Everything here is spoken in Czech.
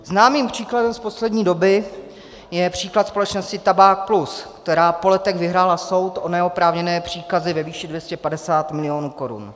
Známým příkladem z poslední doby je příklad společnosti Tabák Plus, která po letech vyhrála soud o neoprávněné příkazy ve výši 250 milionů korun.